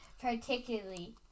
particularly